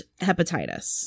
hepatitis